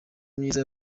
myiza